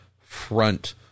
front